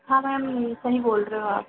हाँ मैम सही बोल रहे हो आप